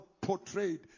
portrayed